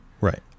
Right